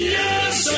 yes